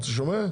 אתה שומע?